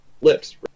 lips